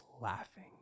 laughing